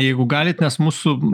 jeigu galit nes mūsų